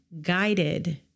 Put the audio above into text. guided